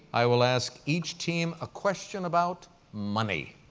i will ask each team a question about money,